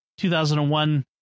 2001